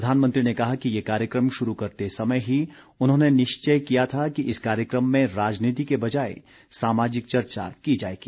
प्रधानमंत्री ने कहा कि ये कार्यक्रम शुरू करते समय ही उन्होंने निश्चय किया था कि इस कार्यक्रम में राजनीति के बजाय सामाजिक चर्चा की जाएगी